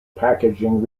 packaging